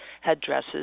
headdresses